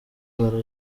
bara